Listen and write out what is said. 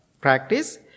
practice